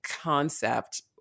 concept